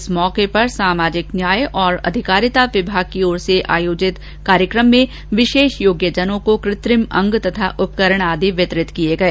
इस अवसर पर सामाजिक न्याय एवं अधिकारिता विभाग की ओर से आयोजित कार्यक्रम में विशेष योग्यजनों को कृत्रिम अंग तथा उपकरण आदि वितरित किए गए